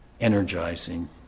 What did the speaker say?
energizing